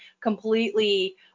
completely